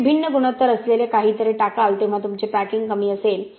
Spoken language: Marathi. तुम्ही भिन्न गुणोत्तर असलेले काहीतरी टाकाल तेव्हा तुमचे पॅकिंग कमी असेल